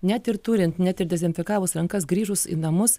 net ir turint net ir dezinfekavus rankas grįžus į namus